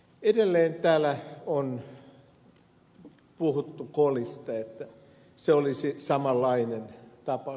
edelleen täällä on puhuttu kolista että se olisi samanlainen tapaus